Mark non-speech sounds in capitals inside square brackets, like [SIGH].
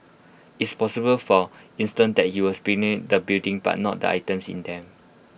it's possible for instance that he was [UNINTELLIGIBLE] the building but not the items in them